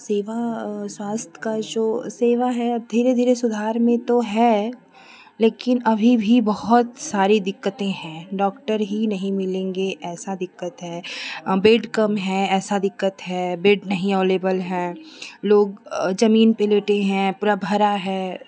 सेवा स्वास्थ्य का जो सेवा है धीरे धीरे सुधार में तो है लेकिन अभी भी बहुत सारी दिक्कते हैं डॉक्टर ही नहीं मिलेंगे ऐसा दिक्कत है बेड कम है ऐसा दिक्कत है बेड नहीं एभेलेबल है लोग जमीन पे लेटे हैं पूरा भरा है